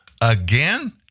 again